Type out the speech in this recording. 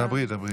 דברי, דברי.